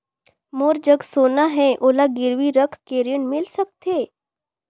मोर जग सोना है ओला गिरवी रख के ऋण मिल सकथे?